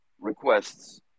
requests